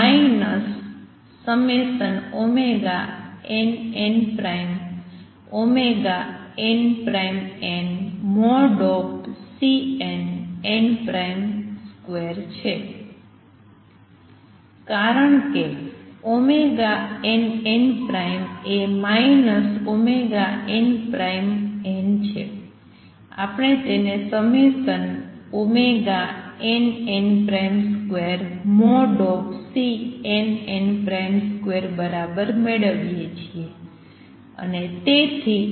કારણ કે nn એ ωnn છે આપણે તેને ∑nn2|Cnn |2 બરાબર મેળવીએ છીએ